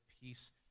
peace